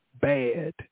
bad